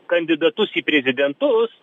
kandidatus į prezidentus